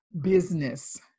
business